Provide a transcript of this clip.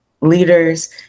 leaders